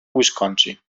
wisconsin